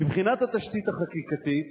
מבחינת התשתית החקיקתית